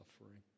suffering